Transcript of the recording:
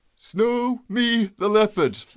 Snow-me-the-leopard